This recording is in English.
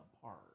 apart